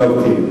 אתה אופטימי.